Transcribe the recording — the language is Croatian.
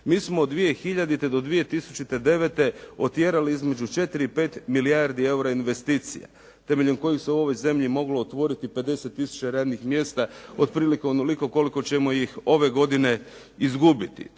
Mi smo od 2000. do 2009. otjerali između 4 i 5 milijardi eura investicija temeljem kojih se u ovoj zemlji mogli otvoriti 50 tisuća radnih mjesta otprilike onoliko koliko ćemo ih ove godine izgubiti.